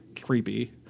creepy